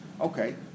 Okay